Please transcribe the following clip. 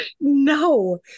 No